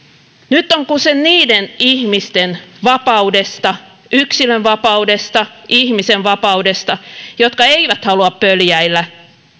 nyt on kyse niiden ihmisten vapaudesta yksilönvapaudesta ihmisen vapaudesta jotka eivät halua pöljäillä